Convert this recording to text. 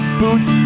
boots